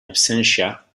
absentia